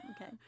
Okay